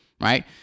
right